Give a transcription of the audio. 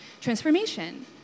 transformation